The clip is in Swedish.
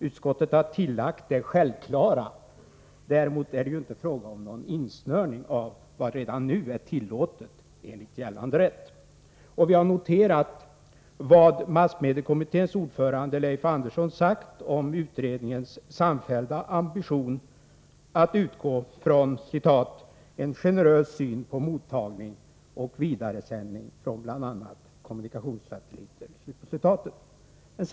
Utskottet har tillagt det självklara att det inte är fråga om någon insnörning av vad som är tillåtet enligt gällande rätt. Vi har noterat vad massmediekommitténs ordförande Leif Andersson har sagt om utredningens samfällda ambition: att utgå från ”en generös syn på mottagning och vidaresändning från bl.a. kommunikationssatelliter”.